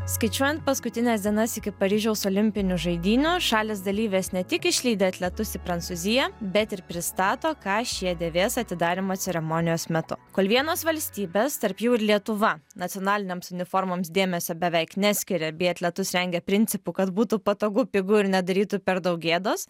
skaičiuojant paskutines dienas iki paryžiaus olimpinių žaidynių šalys dalyvės ne tik išlydi atletus į prancūziją bet ir pristato ką šie dėvės atidarymo ceremonijos metu kol vienos valstybės tarp jų ir lietuva nacionalinėms uniformoms dėmesio beveik neskiria bei atletus rengia principu kad būtų patogu pigu ir nedarytų per daug gėdos